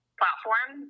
platform